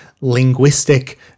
linguistic